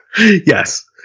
Yes